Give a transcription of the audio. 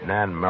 Nan